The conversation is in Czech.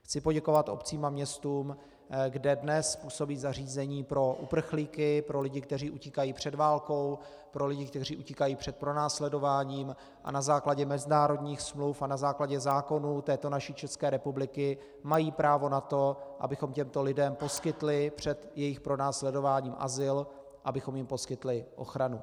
Chci poděkovat obcím a městům, kde dnes působí zařízení pro uprchlíky, pro lidi, kteří utíkají před válkou, pro lidi, kteří utíkají před pronásledováním a na základě mezinárodních smluv a na základě zákonů této naší České republiky mají právo na to, abychom těmto lidem poskytli před jejich pronásledováním azyl, abychom jim poskytli ochranu.